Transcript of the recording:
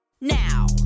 Now